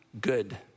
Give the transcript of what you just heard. good